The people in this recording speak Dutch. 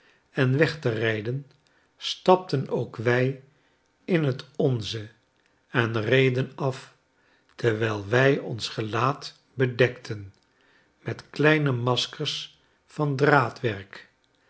en weg te rijden stapten ook wij in het onze enreden af terwijl wij ons gelaat bedekten met kleine maskers van